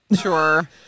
sure